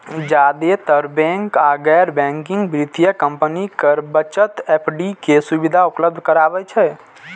जादेतर बैंक आ गैर बैंकिंग वित्तीय कंपनी कर बचत एफ.डी के सुविधा उपलब्ध कराबै छै